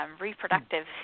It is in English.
reproductive